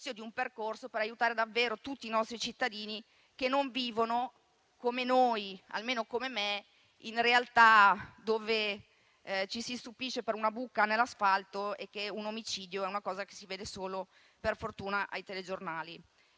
di un percorso per aiutare davvero tutti i nostri cittadini che non vivono come noi, almeno come me, in realtà dove ci si stupisce per una buca nell'asfalto e dove un omicidio è una cosa che si vede solo, per fortuna, ai telegiornali.